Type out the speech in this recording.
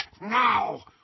now